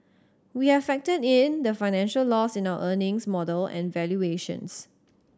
we have factored in the financial loss in our earnings model and valuations